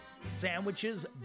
sandwiches